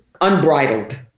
unbridled